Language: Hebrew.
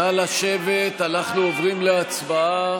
אנחנו עוברים להצבעה.